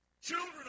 Children